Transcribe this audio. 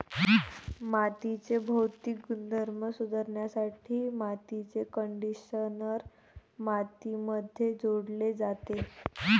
मातीचे भौतिक गुणधर्म सुधारण्यासाठी मातीचे कंडिशनर मातीमध्ये जोडले जाते